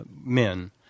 men